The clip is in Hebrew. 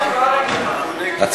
רגילה.